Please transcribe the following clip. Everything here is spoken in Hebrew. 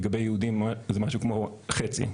לגבי יהודים זה משהו כמו חצי.